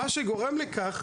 מה שיגרום לכך